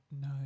no